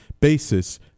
basis